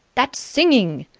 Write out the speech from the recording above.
that singing!